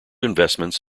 investments